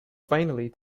finally